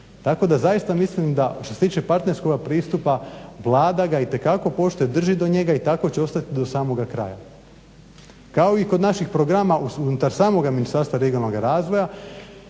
tako da zaista mislim da što se tiče partnerskoga pristupa Vlada ga itekako poštuje, drži do njega i tako će ostati do samoga kraja. Kao i kod naših programa unutar samoga Ministarstva regionalnoga razvoja